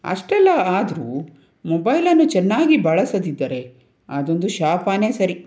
ಅಷ್ಟೆಲ್ಲ ಆದರೂ ಮೊಬೈಲನ್ನು ಚೆನ್ನಾಗಿ ಬಳಸದಿದ್ದರೆ ಅದೊಂದು ಶಾಪಾನೇ ಸರಿ